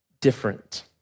different